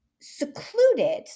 secluded